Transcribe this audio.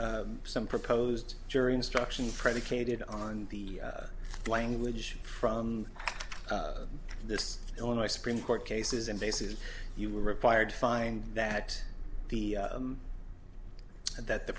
some proposed jury instruction predicated on the language from this illinois supreme court cases and cases you were required to find that the and that the